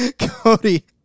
Cody